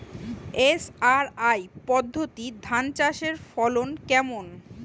SRI পদ্ধতি ধান চাষের ফলন কেমন?